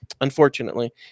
unfortunately